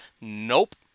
nope